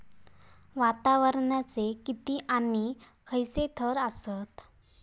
वातावरणाचे किती आणि खैयचे थर आसत?